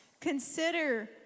Consider